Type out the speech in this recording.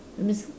that means